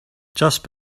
just